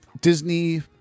Disney